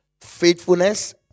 faithfulness